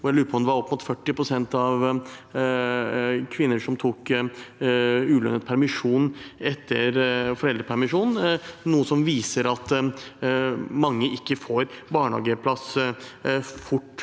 jeg lurer på om det var opp mot 40 pst. av kvinner som tok ulønnet permisjon etter foreldrepermisjonen, noe som viser at mange ikke får barnehageplass fort